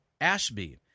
Ashby